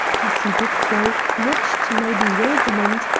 as he did so, much to my bewilderment,